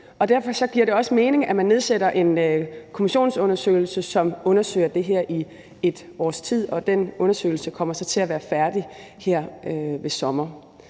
derfor giver det også mening, at man nedsætter en kommission, som undersøger det her i et års tid. Den undersøgelse kommer så til at være færdig her til sommer.